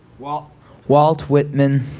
walt walt whitman